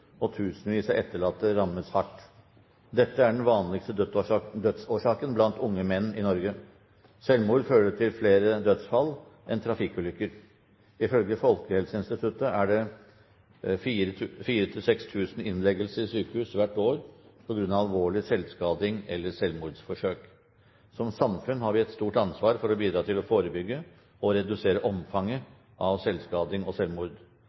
og tusenvis av etterlatte rammes hardt. Dette er den vanligste dødsårsaken blant unge menn i Norge. Selvmord fører til flere dødsfall enn trafikkulykker gjør. Ifølge Folkehelseinstituttet er det 4 000–6000 innleggelser i sykehus hvert år på grunn av alvorlig selvskading eller selvmordsforsøk. Hver av disse er mennesker som har sin familie, sine nære og sine kjære, og mange tusen berøres. Vi